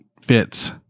Fits